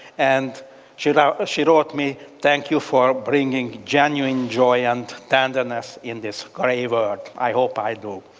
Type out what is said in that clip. and she wrote she wrote me, thank you for bringing genuine joy and tenderness in this gray world. i hope i do.